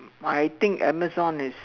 I think Amazon is